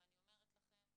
ואני אומרת לכם,